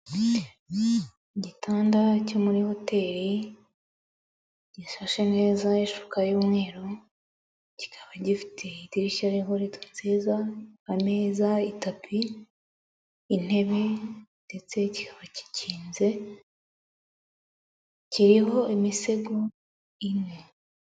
Igitanda cyo muri hoteli, gishashe neza ishuka y'umweru, kikaba gifite idirishya ririho rido nziza, ameza, itapi, intebe ndetse kikaba gikinze, kiriho imisego ine.